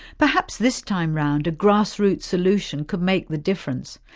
perhaps this time round a grass root solution could make the difference.